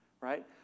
right